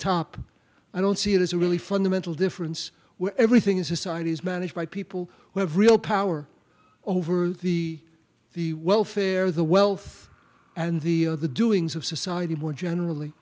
top i don't see it as a really fundamental difference where everything in society is managed by people who have real power over the the welfare the wealth and the the doings of society more generally